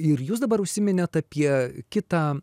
ir jūs dabar užsiminėt apie kitą